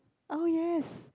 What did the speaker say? oh yes